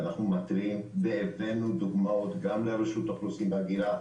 ואנחנו מתריעים והבנו דוגמאות גם מרשות האוכלוסין וההגירה,